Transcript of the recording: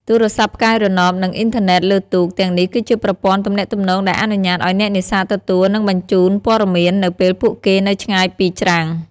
ទូរស័ព្ទផ្កាយរណប និងអ៊ីនធឺណិតលើទូក ទាំងនេះគឺជាប្រព័ន្ធទំនាក់ទំនងដែលអនុញ្ញាតឲ្យអ្នកនេសាទទទួល និងបញ្ជូនព័ត៌មាននៅពេលពួកគេនៅឆ្ងាយពីច្រាំង។